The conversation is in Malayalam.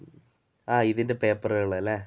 ആ ഇതിൻ്റെ പേപ്പറുകള് അല്ലേ